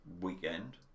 Weekend